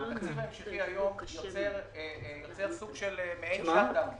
התקציב ההמשכי היום יוצר סוג של מעין shut down,